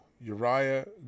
Uriah